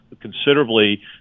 considerably